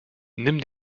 nimm